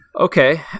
okay